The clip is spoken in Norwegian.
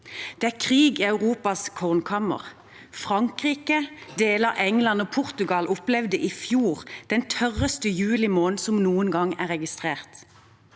Det er krig i Europas kornkammer. Frankrike og deler av England og Portugal opplevde i fjor den tørreste julimåned som noen gang er registrert.